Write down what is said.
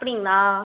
அப்படிங்களா